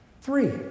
Three